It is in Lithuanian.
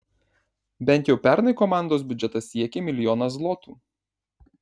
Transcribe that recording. bent jau pernai komandos biudžetas siekė milijoną zlotų